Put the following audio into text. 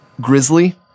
grizzly